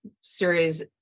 series